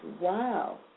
wow